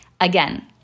Again